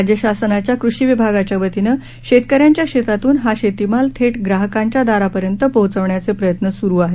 राज्य शासनाच्या कृषी विभागाच्या वतीनं शेतकऱ्यांच्या शेतातून हा शेतीमाल थेट ग्राहकांच्या दारापर्यंत पोहोचवण्याचा प्रयत्न सुरू आहे